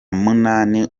munani